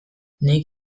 nik